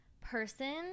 person –